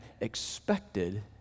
expected